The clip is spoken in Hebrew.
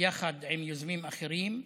יחד עם יוזמים אחרים,